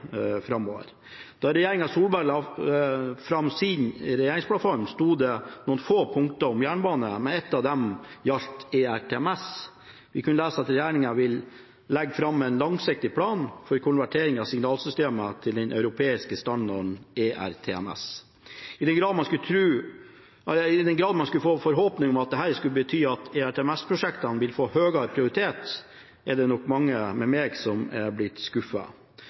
framover. Da regjeringen Solberg la fram sin regjeringsplattform, sto det noen få punkter om jernbane, men ett av dem gjaldt ERTMS. Vi kunne lese at regjeringen ville «legge frem en langsiktig plan for konvertering av signalsystemene til den europeiske standarden ERTMS.» I den grad man skulle få forhåpninger om at dette skulle bety at ERTMS-prosjektet ville få høyere prioritet, er det nok mange med meg som har blitt